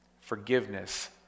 Forgiveness